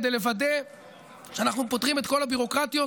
כדי לוודא שאנחנו פותרים את כל הביורוקרטיות,